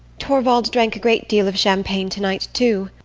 torvald drank a great deal of champagne tonight too.